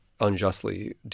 unjustly